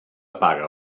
apaga